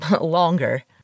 longer